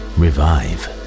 revive